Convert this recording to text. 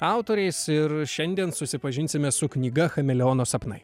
autoriais ir šiandien susipažinsime su knyga chameleono sapnai